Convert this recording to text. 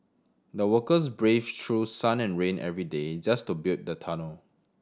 the workers brave through sun and rain every day just to build the tunnel